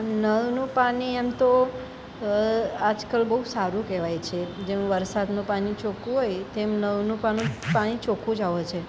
નળનું પાણી આમ તો આજકાલ બહુ સારું કહેવાય છે જેમ વરસાદનું પાણી ચોખ્ખું હોય તેમ નળનું પાણી ચોખ્ખું જ આવે છે